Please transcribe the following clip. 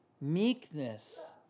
meekness